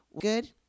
good